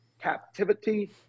captivity